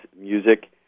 music